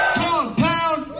compound